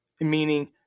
Meaning